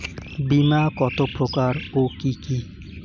বীমা কত প্রকার ও কি কি?